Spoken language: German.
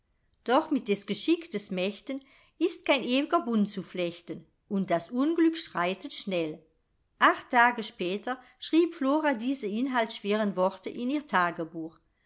doch mit des geschickes mächten ist kein ew'ger bund zu flechten und das unglück schreitet schnell acht tage später schrieb flora diese inhaltschweren worte in ihr tagebuch